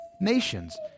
Nations